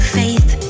faith